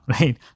right